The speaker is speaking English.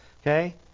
Okay